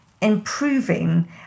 improving